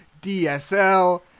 DSL